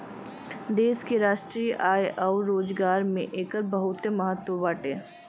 देश के राष्ट्रीय आय अउर रोजगार में एकर बहुते महत्व बाटे